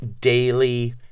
daily